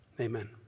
Amen